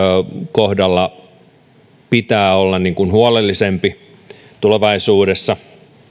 kohdalla pitää olla huolellisempi tulevaisuudessa